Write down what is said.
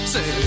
Say